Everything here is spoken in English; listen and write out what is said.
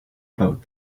about